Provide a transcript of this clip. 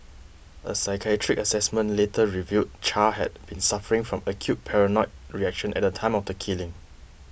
a psychiatric assessment later revealed Char had been suffering from acute paranoid reaction at the time of the killing